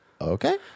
Okay